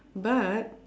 but